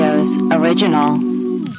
original